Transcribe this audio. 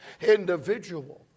individual